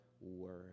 word